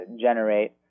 generate